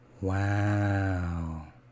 Wow